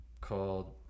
called